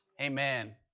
Amen